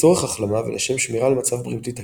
לצורך החלמה ולשם שמירה על מצב בריאותי תקין,